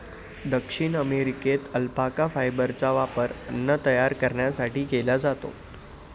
दक्षिण अमेरिकेत अल्पाका फायबरचा वापर अन्न तयार करण्यासाठी केला जातो